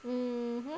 mmhmm